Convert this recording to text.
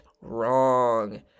wrong